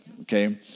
okay